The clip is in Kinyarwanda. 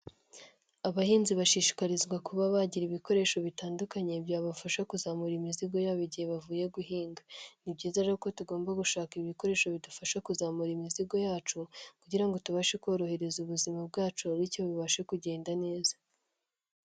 Abahinzi bashishikarizwa kuba bagira ibikoresho bitandukanye byabafasha kuzamura imizigo yabo igihe bavuye guhinga, ni byiza rero uko tugomba gushaka ibikoresho bidufasha kuzamura imizigo yacu kugira ngo tubashe korohereza ubuzima bwacu biryo bubashe kugenda neza.